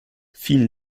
vielen